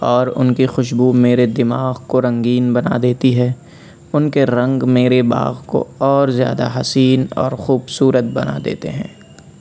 اور ان کی خوشبو میرے دماغ کو رنگین بنا دیتی ہے ان کے رنگ میرے باغ کو اور زیادہ حسین اور خوبصورت بنا دیتے ہیں